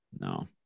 No